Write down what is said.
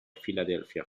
philadelphia